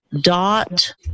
dot